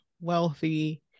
wealthy